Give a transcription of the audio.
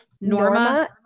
Norma